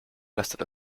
lastet